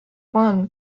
one